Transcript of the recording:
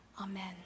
amen